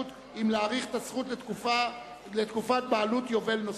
אם להאריך את הזכות לתקופת בעלות יובל נוספת".